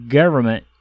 government